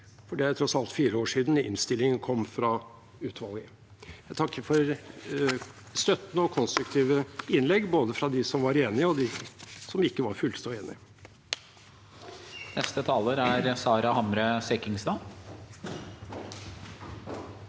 Det er tross alt fire år siden innstillingen kom fra utvalget. Jeg takker for støtten og konstruktive innlegg, både fra dem som var enige, og fra dem som ikke var fullt så enige.